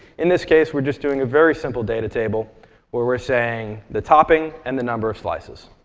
in this case, we're just doing a very simple data table where we're saying the topping and the number of slices.